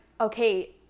okay